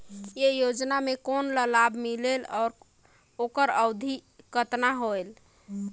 ये योजना मे कोन ला लाभ मिलेल और ओकर अवधी कतना होएल